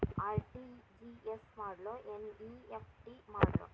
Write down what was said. RTGS ಮಾಡ್ಲೊ NEFT ಮಾಡ್ಲೊ?